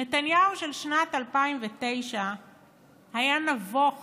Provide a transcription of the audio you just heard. נתניהו של שנת 2009 היה נבוך